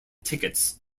tickets